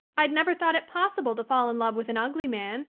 i'd never thought it possible to fall in love with an ugly man.